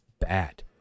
bad